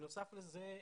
בנוסף לזה.